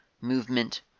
Movement